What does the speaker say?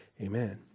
Amen